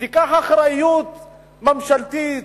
תיקח אחריות ממשלתית,